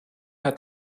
hat